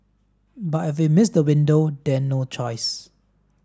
but if we miss the window then no choice